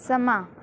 ਸਮਾਂ